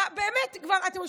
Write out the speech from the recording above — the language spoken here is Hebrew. אתה יושב,